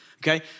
okay